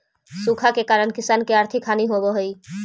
सूखा के कारण किसान के आर्थिक हानि होवऽ हइ